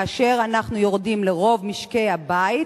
כאשר אנחנו יורדים לרוב משקי-הבית,